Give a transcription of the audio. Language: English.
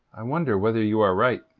i wonder whether you are right,